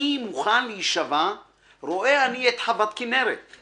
מוכן להישבע/ רואה אני את חוות כנרת//